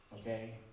Okay